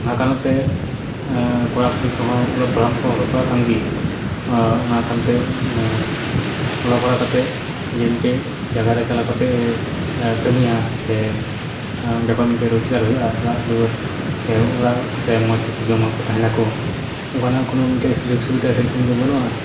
ᱚᱱᱟ ᱠᱟᱨᱚᱛᱮ ᱠᱚᱲᱟ ᱠᱩᱲᱤᱠᱚ ᱦᱚᱸ ᱚᱞᱚᱜ ᱯᱟᱲᱦᱟᱜ ᱢᱟᱠᱚ ᱚᱞᱚᱜ ᱯᱟᱲᱦᱟᱜ ᱠᱟᱱᱜᱮ ᱚᱱᱟ ᱠᱟᱨᱚᱱᱛᱮ ᱚᱞᱚᱜ ᱯᱟᱲᱦᱟᱣ ᱠᱟᱛᱮ ᱡᱮ ᱢᱤᱫᱴᱮᱡ ᱡᱟᱜᱟᱨᱮ ᱪᱟᱞᱟᱣ ᱠᱟᱛᱮᱫ ᱮ ᱠᱟᱹᱢᱤᱭᱟ ᱥᱮ ᱚᱸᱰᱮ ᱠᱷᱚᱡ ᱢᱤᱫᱴᱮᱡ ᱨᱳᱡᱽᱜᱟᱨ ᱦᱩᱭᱩᱜᱼᱟ ᱚᱲᱟᱜᱫᱩᱣᱟᱹᱨ ᱥᱮ ᱚᱲᱟᱜᱨᱮ ᱢᱚᱡᱽᱛᱮ ᱠᱚ ᱡᱚᱢᱟᱠᱚ ᱛᱟᱦᱮᱱᱟᱠᱚ ᱚᱱᱠᱟᱱᱟᱜ ᱠᱳᱱᱳ ᱢᱤᱫᱴᱮᱡ ᱥᱩᱡᱳᱜᱽᱼᱥᱩᱵᱤᱛᱟ ᱥᱮᱨᱚᱠᱚᱢᱜᱮ ᱵᱟᱹᱱᱩᱜᱼᱟ